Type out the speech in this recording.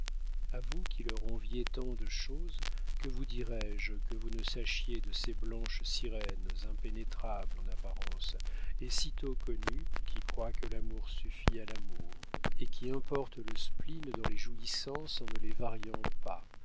vous qui leur enviez tant de choses que vous dirai-je que vous ne sachiez de ces blanches sirènes impénétrables en apparence et sitôt connues qui croient que l'amour suffit à l'amour et qui importent le spleen dans les jouissances en ne les variant pas